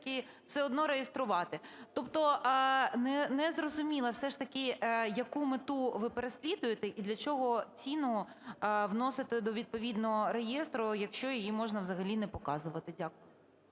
все одно реєструвати. Тобто незрозуміло все ж таки, яку мету ви переслідуєте і для чого ціну вносите до відповідного реєстру, якщо її можна взагалі не показувати. Дякую.